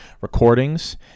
recordings